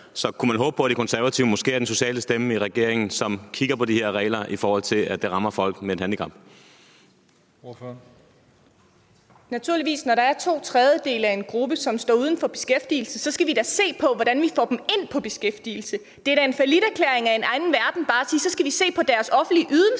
Så kunne man håbe på, at De Konservative måske er den sociale stemme i regeringen, som kigger på de her regler, i forhold til at det rammer folk med et handicap? Kl. 19:28 Tredje næstformand (Christian Juhl): Ordføreren. Kl. 19:28 Mette Abildgaard (KF): Når der er to tredjedele af en gruppe, som står uden for beskæftigelse, så skal vi da naturligvis se på, hvordan vi får dem ind i beskæftigelse. Det er da en falliterklæring af den anden verden bare at sige, at vi skal se på deres offentlige ydelser,